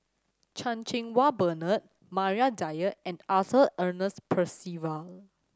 Chan Cheng Wah Bernard Maria Dyer and Arthur Ernest Percival